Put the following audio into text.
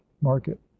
market